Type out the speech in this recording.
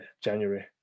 January